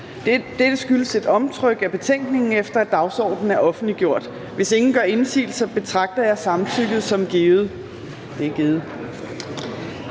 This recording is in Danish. Dette skyldes et omtryk af betænkningen, efter at dagsordenen er offentliggjort. Hvis ingen gør indsigelse, betragter jeg samtykket som givet.